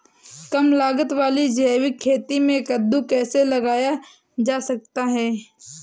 कम लागत वाली जैविक खेती में कद्दू कैसे लगाया जा सकता है?